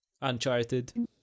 Uncharted